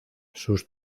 sus